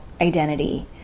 identity